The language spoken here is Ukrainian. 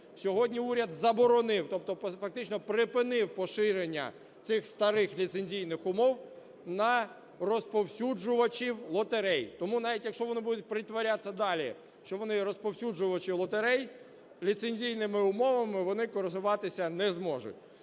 Сьогодні уряд заборонив, тобто фактично припинив поширення цих старих ліцензійних умов на розповсюджувачів лотерей. Тому навіть якщо вони будуть притворятися далі, що вони є розповсюджувачами лотерей, ліцензійними умовами вони користуватися не зможуть.